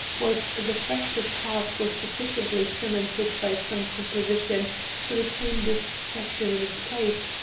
whilst the fractured parts were sufficiently cemented by some composition to retain this section in its place,